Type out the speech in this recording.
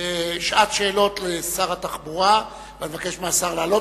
לשעת שאלות לשר התחבורה, ואני מבקש מהשר לעלות.